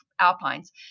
alpines